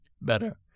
better